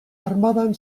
armadan